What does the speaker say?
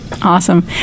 Awesome